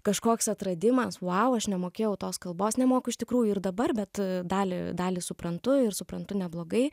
kažkoks atradimas vau aš nemokėjau tos kalbos nemoku iš tikrųjų ir dabar bet dalį dalį suprantu ir suprantu neblogai